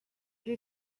did